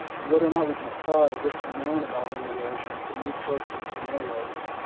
and whether or not we can apply what's known about wind erosion from these sorts of scenarios